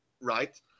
right